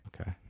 Okay